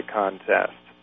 contest